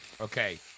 Okay